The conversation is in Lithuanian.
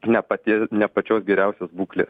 ne pati ne pačios geriausios būklės